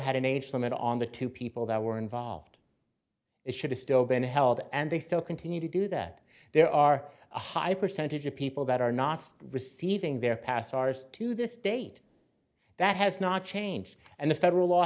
had an age limit on the two people that were involved it should have still been held and they still continue to do that there are a high percentage of people that are not receiving their past ours to this date that has not changed and the federal law